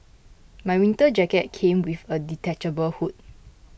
my winter jacket came with a detachable hood